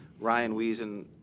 ryan wiesen,